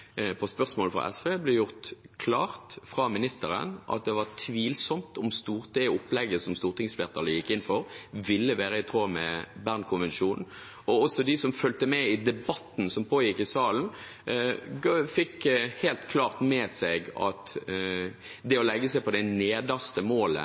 på spørsmål fra SV, at det var tvilsomt om det opplegget som stortingsflertallet gikk inn for, ville være i tråd med Bern-konvensjonen. Også de som fulgte debatten som pågikk i salen, fikk helt klart med seg at det å legge seg på det nederste målet